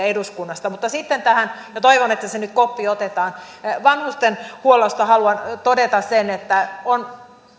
eduskunnasta ja toivon että se koppi nyt otetaan vanhustenhuollosta haluan todeta sen että on